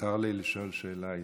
מותר לי לשאול שאלה אישית?